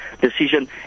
decision